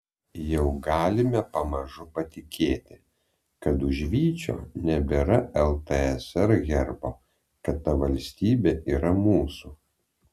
jau galime pamažu patikėti kad už vyčio nebėra ltsr herbo kad ta valstybė yra mūsų